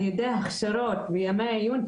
על ידי הכשרות וימי העיון,